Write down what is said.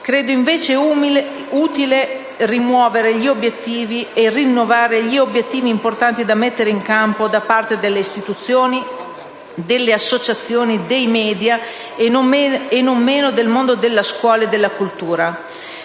Credo invece utile rinnovare gli obiettivi da mettere in campo da parte delle istituzioni, delle associazioni, dei *media* e non meno del mondo della scuola e della cultura.